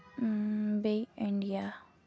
بیٚیہِ اِنڈیا